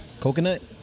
Coconut